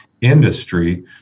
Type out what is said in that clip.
industry